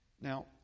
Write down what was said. Now